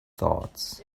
thoughts